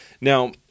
Now